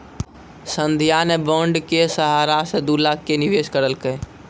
संध्या ने बॉण्ड के सहारा से दू लाख के निवेश करलकै